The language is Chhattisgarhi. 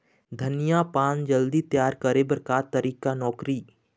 धनिया पान जल्दी तियार करे बर का तरीका नोकरी?